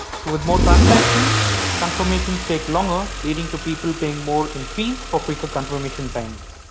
so with more transactions confirmations take longer leading to people paying more in fees for quicker confirmation times.